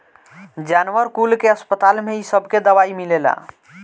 जानवर कुल के अस्पताल में इ सबके दवाई मिलेला